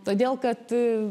todėl kad